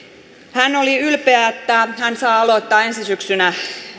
hän oli ylpeä että hän saa aloittaa ensi syksynä